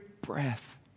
breath